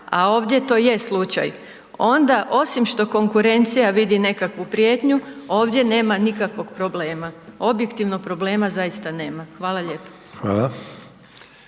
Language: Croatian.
a ovdje to je slučaj, onda osim što konkurencija vidi nekakvu prijetnju, ovdje nama nikakvog problema. Objektivnog problema zaista nema. Hvala lijepo.